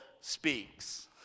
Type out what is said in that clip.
speaks